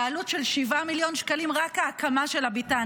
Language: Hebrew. בעלות של 7 מיליון שקלים רק ההקמה של הביתן,